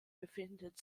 befindet